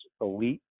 elite